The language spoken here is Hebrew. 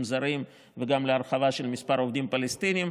זרים וגם להרחבה של מספר העובדים הפלסטינים.